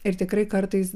ir tikrai kartais